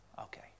okay